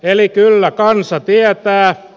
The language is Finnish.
eli kyllä kansa tietää